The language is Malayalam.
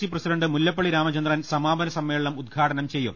സി പ്രസിഡന്റ് മുല്ലപ്പള്ളി രാമചന്ദ്രൻ സമാപന സമ്മേളനം ഉദ്ഘാടനം ചെയ്യും